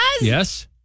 Yes